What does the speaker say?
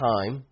Time